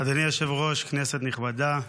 אדוני היושב-ראש, כנסת נכבדה,